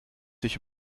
dich